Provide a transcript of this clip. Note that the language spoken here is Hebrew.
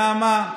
נעמה,